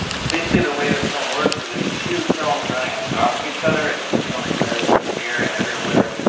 it's basically the way the film works is it's two films running on top of each other and two film eclairs and premiere and everywhere.